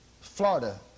Florida